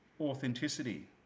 authenticity